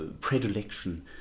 predilection